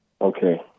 Okay